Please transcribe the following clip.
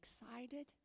excited